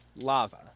Lava